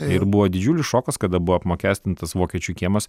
ir buvo didžiulis šokas kada buvo apmokestintas vokiečių kiemas